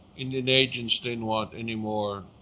indian agents didn't want any more